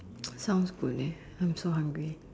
sounds good eh I'm so hungry